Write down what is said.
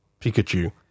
Pikachu